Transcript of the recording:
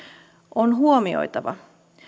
on huomioitava